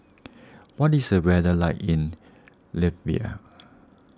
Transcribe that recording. what is the weather like in Latvia